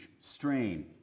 strain